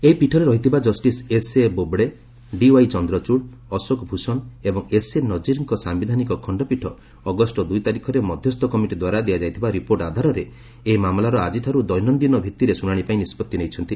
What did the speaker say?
ଏହି ପୀଠରେ ଥିବା justice S A Bobde D Y Chandrachud Ashok Bhushan ଏବଂ ଏସ୍ଏ ନଜିର୍କ ସାୟିଧାନସିକ ଖଣ୍ଡପୀଠ ଅଗଷ୍ଟ ଦୁଇ ତାରିଖରେ ମଧ୍ୟସ୍ଥ କମିଟି ଦ୍ୱାରା ଦିଆଯାଇଥିବା ରିପୋର୍ଟ ଆଧାରରେ ଏହି ମାମଲାର ଆଜିଠାରୁ ଦୈନନ୍ଦିନ ଶୁଣାଣି ପାଇଁ ନିଷ୍ପଭି ନେଇଥିଲେ